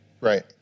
Right